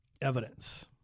evidence